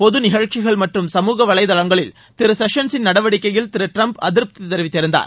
பொது நிகழ்ச்சிகள் மற்றும் சமூக வலைதளங்களில் திரு ஷெஷன்சின் நடவடிக்கையில் திரு டிரம்ப் அதிருப்தி தெரிவித்திருந்தார்